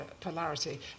polarity